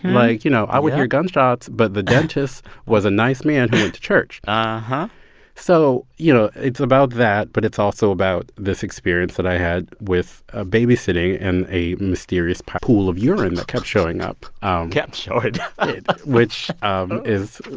like, you know, i would hear gunshots, but the dentist was a nice man who went to church uh-huh so, you know, it's about that. but it's also about this experience that i had with ah babysitting and a mysterious pool of urine that kept showing up kept showing up which um is,